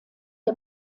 der